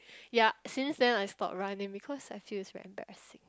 yup since then I stopped running because I feel that it's very embarrassing